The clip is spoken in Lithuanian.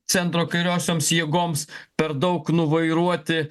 centro kairiosioms jėgoms per daug nuvairuoti